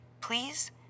Please